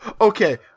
okay